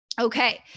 Okay